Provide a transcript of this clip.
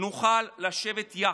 נוכל לשבת יחד,